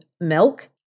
milk